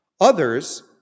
Others